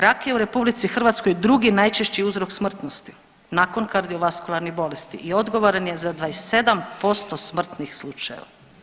Rak je u RH drugi najčešći uzrok smrtnosti, nakon kardiovaskularnih bolesti i odgovoran je za 27% smrtnih slučajeva.